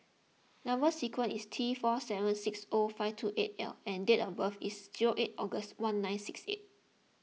Number Sequence is T four seven six O five two eight L and date of birth is eight August one nine six eight